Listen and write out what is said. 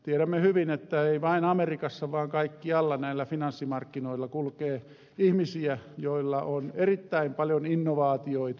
tiedämme hyvin että ei vain amerikassa vaan kaikkialla näillä finanssimarkkinoilla kulkee ihmisiä joilla on erittäin paljon innovaatioita